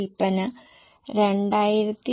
15 X 1